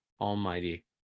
almighty